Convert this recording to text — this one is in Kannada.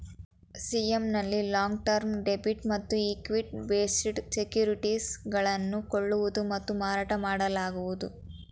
ಸಿ.ಎಂ ನಲ್ಲಿ ಲಾಂಗ್ ಟರ್ಮ್ ಡೆಬಿಟ್ ಮತ್ತು ಇಕ್ವಿಟಿ ಬೇಸ್ಡ್ ಸೆಕ್ಯೂರಿಟೀಸ್ ಗಳನ್ನು ಕೊಳ್ಳುವುದು ಮತ್ತು ಮಾರಾಟ ಮಾಡಲಾಗುವುದು